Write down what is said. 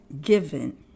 given